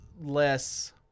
less